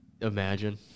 imagine